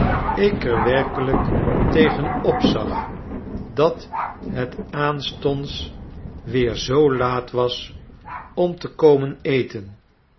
ik er werkelijk tegen opzag dat het aanstonds weer zoo laat was om te komen eten